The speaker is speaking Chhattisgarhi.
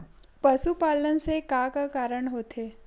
पशुपालन से का का कारण होथे?